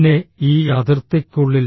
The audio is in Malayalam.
പിന്നെ ഈ അതിർത്തിക്കുള്ളിൽ